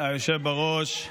בראש,